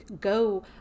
go